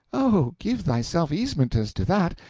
oh, give thyself easement as to that.